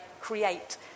create